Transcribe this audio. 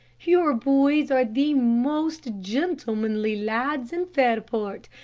your boys are the most gentlemanly lads in fairport,